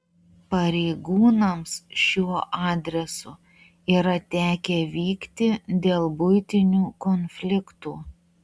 pareigūnams šiuo adresu yra tekę vykti dėl buitinių konfliktų